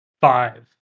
five